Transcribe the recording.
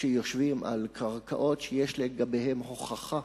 שיושבים על קרקעות שיש הוכחה